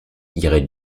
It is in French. irait